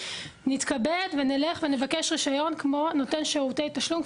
נתכבד ונלך לבקש רישיון כמו נותן שירותי תשלום,